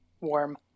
Warm